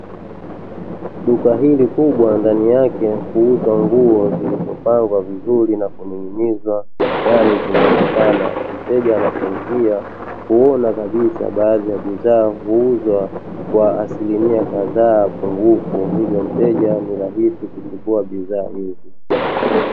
Duka hili kubwa ndani yake ziko nguo zilizopangwa vizuri na kuning'inizwa yaani zinaonekana, mteja anapoingia huona kabisa baadhi ya bidhaa huuzwa kwa asilimia kadhaa pungufu hivyo mteja ni rahisi kuchukua bidhaa nyingi.